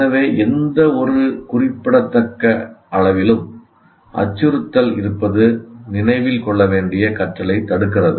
எனவே எந்தவொரு குறிப்பிடத்தக்க அளவிலும் அச்சுறுத்தல் இருப்பது நினைவில் கொள்ள வேண்டிய கற்றலைத் தடுக்கிறது